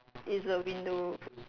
is a window